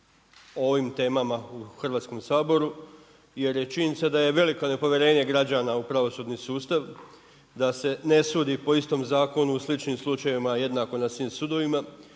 ovim temama u Hrvatsko saboru jer je činjenica da je veliko nepovjerenje građana u pravosudni sustav, da se ne sudi po istom zakonu u sličnim slučajevima jednako na svim sudovima,